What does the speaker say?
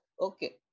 okay